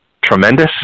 tremendous